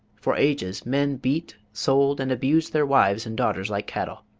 for ages men beat, sold, and abused their wives and daughters like cattle.